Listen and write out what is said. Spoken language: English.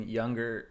younger